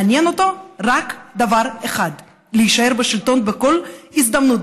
מעניין אותו דבר אחד: להישאר בשלטון בכל הזדמנות,